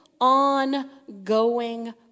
ongoing